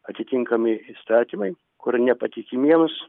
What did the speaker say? atitinkami įstatymai kur nepatikimiems